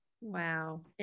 Wow